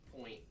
Point